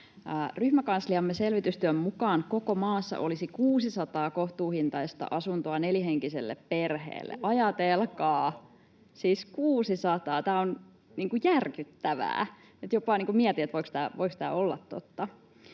Ryhmäkansliamme selvitystyön mukaan koko maassa olisi 600 kohtuuhintaista asuntoa nelihenkiselle perheelle. Ajatelkaa, siis 600. Tämä on järkyttävää. Jopa mietin, voiko tämä olla totta.